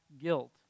guilt